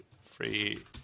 Free